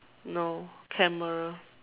no camera